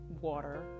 water